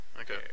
Okay